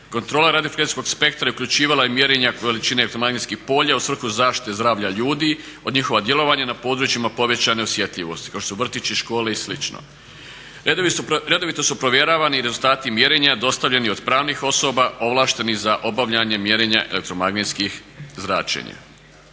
Kontrola radiofrekvencijskog spektra uključivala je mjerenja veličine elektromagnetskih polja u svrhu zaštite zdravlja ljudi od njihova djelovanja na područjima povećane osjetljivosti kao što su vrtići, škole i slično. Redovito su provjeravani rezultati mjerenja dostavljeni od pravnih osoba ovlaštenih za obavljanja mjerenja elektromagnetskih zračenja.